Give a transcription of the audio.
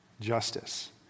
justice